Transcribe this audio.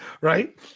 Right